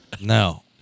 No